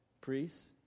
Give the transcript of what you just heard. priests